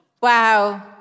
Wow